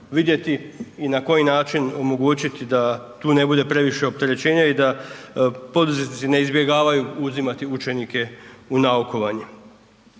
i na koji način omogućiti da tu ne bude previše opterećenje i da poduzetnici ne izbjegavaju uzimati učenike u naukovanje.